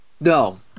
no